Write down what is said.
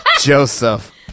Joseph